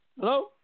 Hello